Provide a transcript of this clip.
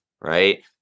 right